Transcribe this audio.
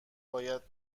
باید